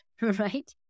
right